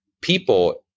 people